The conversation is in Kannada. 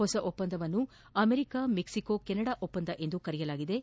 ಹೊಸ ಒಪ್ಪಂದವನ್ನು ಅಮೆರಿಕ ಮೆಕ್ಕಿಕೊ ಕೆನಡಾ ಒಪ್ಪಂದವೆಂದು ಕರೆಯಲಾಗಿದ್ದು